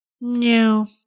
No